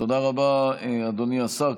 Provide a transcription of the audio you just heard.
תודה רבה, אדוני השר.